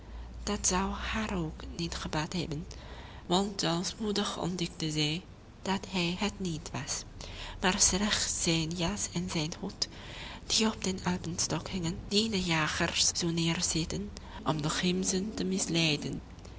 dat zou haar ook niet gebaat hebben want al spoedig ontdekte zij dat hij het niet was maar slechts zijn jas en zijn hoed die op den alpenstok hingen dien de jagers zoo neerzetten om de gemzen te misleiden